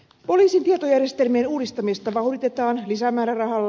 poliisin tietojärjestelmien uudistamista vauhditetaan lisämäärärahalla